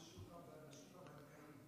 הבעיה היא שאין תחרות בשוק הבנקאי,